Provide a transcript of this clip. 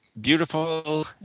beautiful